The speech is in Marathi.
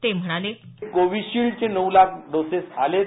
ते म्हणाले कोविशिल्डचे नऊ लाख डोसेज आलेत